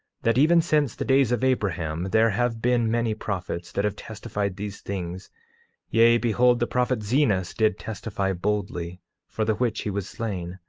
that even since the days of abraham there have been many prophets that have testified these things yea, behold, the prophet zenos did testify boldly for the which he was slain.